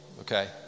okay